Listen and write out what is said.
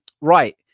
Right